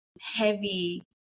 heavy